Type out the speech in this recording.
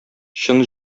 чын